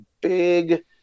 big